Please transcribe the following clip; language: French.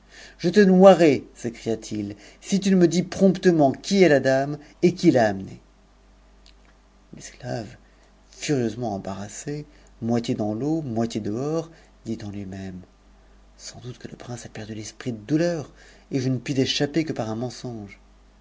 je te noierai s'écria-t-il si tu ne me dis promptement qui st h dame et qui l'a amenée l'esclave furieusement embarrasse moitié dans l'eau moitié dehors dit en lui-même sans doute que le prince a perdu l'esprit de douleur et je ue puis échapper jque par un mensonge